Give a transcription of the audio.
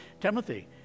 timothy